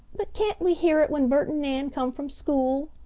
but can't we hear it when bert and nan come from school?